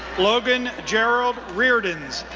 logan gerald reardanz,